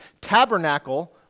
tabernacle